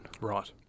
Right